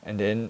and then